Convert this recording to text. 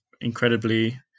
incredibly